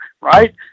right